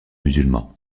musulman